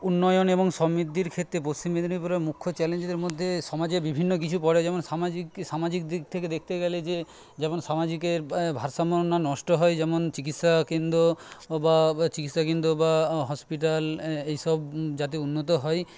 উন্নয়ন এবং সম্মিদ্ধির ক্ষেত্রে পশ্চিম মেদিনীপুরের মুখ্য চ্যালেঞ্জের মধ্যে সমাজের বিভিন্ন কিছু পড়ে যেমন সামাজিক সামাজিক দিক থেকে দেখতে গেলে যে যেমন সামাজিকের ভারসাম্য না নষ্ট হয় যেমন চিকিৎসা কেন্দ্র বা চিকিৎসা কেন্দ্র বা হসপিটাল এইসব যাতে উন্নত হয়